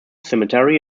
cemetery